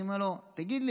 היא אומרת לו: תגיד לי,